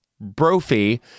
Brophy